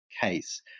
case